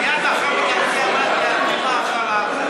מייד לאחר מכן אני עמדתי על הדוכן אחריו,